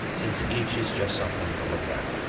since each is just something to look at.